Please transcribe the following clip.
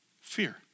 fear